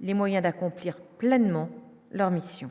les moyens d'accomplir pleinement leur mission